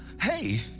Hey